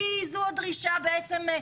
כי זו הדרישה בעצם.